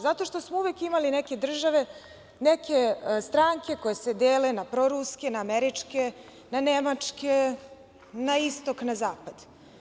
Zato što smo uvek imali neke države, neke stranke koje se dele na proruske, na američke, na nemačke, na istok i na zapad.